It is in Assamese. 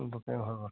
বুকিং হৈ গ'ল